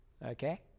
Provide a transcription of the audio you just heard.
Okay